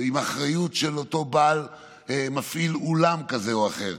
עם אחריות של אותו מפעיל אולם כזה או אחר,